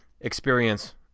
experience